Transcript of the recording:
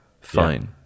Fine